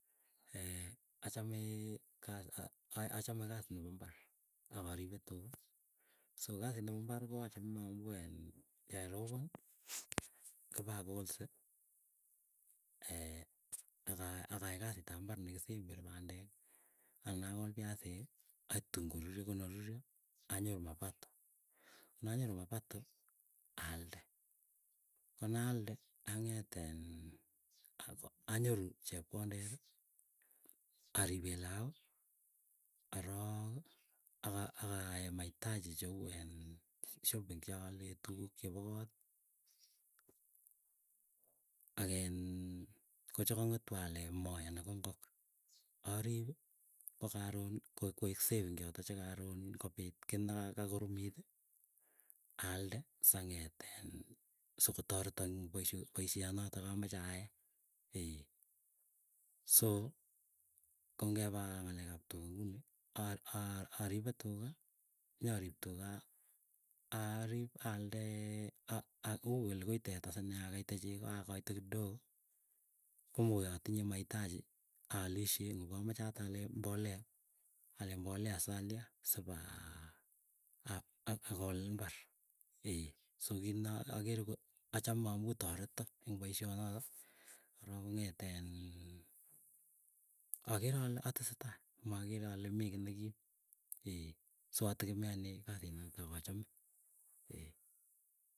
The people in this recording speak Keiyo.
achame kasii nepo imbarr akoripe tuga, soo kasit nepo imbar koachame nea amuu en yeropon kipakolse, aka akai kasit ap imbar nekisemberi pandek. Anan akol piasiki akoitun karuryo konaruryo, anyoru mapato konanyoru mapato alde konaalde ang'etiin anyoru chepkondeti aripe laok arok. Aka akaae mahitaji cheu iin, shopping chaale tukuk chepo koot. Akiin kochekang'etuo aale moi ana ko ngok arip ko karon ko ik saving che karon kopit ki nega koromit alalde. Sa ng'eet iin sogotareto ing poishe notokomeche ayae so kongepa ngalek ap tuga nguni, aripe tuga nyarip tuga arip allde kou koi teta sinee. Akeite chego akaite kidogo, komogoi atinye maitaji aalishe. Ngokamache aat ale mbolea salia sipaa, akol imbarr ee. So kiit ne achame amuu tareta eng poisyoto korok kong'ete iin. agere ale atesetai makere ale mii kii nekim. so ategemeane kasi noto akachame ee.